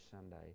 Sunday